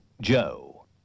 Joe